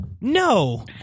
no